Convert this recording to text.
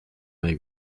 vingt